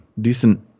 decent